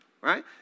Right